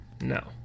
No